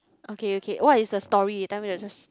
okay okay what is the story tell me I just